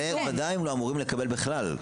הם לא אמורים לקבל בכלל.